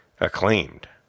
acclaimed